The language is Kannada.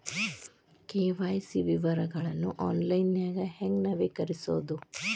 ಕೆ.ವಾಯ್.ಸಿ ವಿವರಗಳನ್ನ ಆನ್ಲೈನ್ಯಾಗ ಹೆಂಗ ನವೇಕರಿಸೋದ